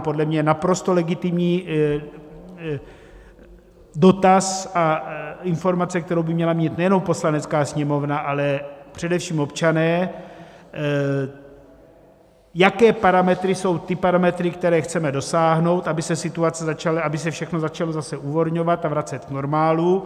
Podle mě naprosto legitimní dotaz a informace, kterou by měla mít nejenom Poslanecká sněmovna, ale především občané, jaké parametry jsou ty parametry, kterých chceme dosáhnout, aby se situace, aby se všechno začalo zase uvolňovat a vracet k normálu.